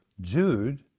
Jude